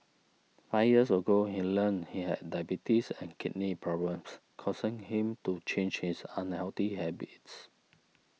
five years ago he learnt he had diabetes and kidney problems causing him to change his unhealthy habits